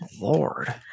Lord